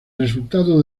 resultado